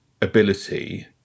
ability